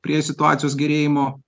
prie situacijos gerėjimo